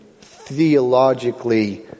theologically